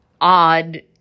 odd